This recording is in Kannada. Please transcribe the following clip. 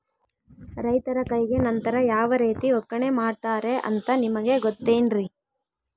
ರೈತರ ಕೈಗೆ ನಂತರ ಯಾವ ರೇತಿ ಒಕ್ಕಣೆ ಮಾಡ್ತಾರೆ ಅಂತ ನಿಮಗೆ ಗೊತ್ತೇನ್ರಿ?